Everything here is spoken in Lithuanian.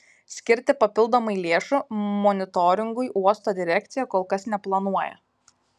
skirti papildomai lėšų monitoringui uosto direkcija kol kas neplanuoja